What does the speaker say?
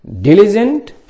diligent